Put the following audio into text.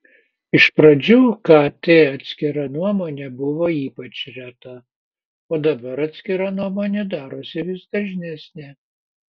iš pradžių kt atskira nuomonė buvo ypač reta o dabar atskira nuomonė darosi vis dažnesnė